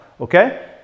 okay